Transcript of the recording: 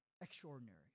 extraordinary